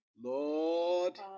Lord